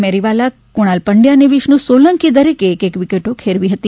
મેરીવાલા કુણાલ પંડ્યા અને વિષ્ણુ સોલંકીએ દરેકે એક એક વિકેટો ખેરવી હતી